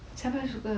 siapa yang suka